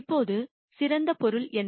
இப்போது சிறந்த பொருள் என்ன